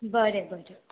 बरें बरें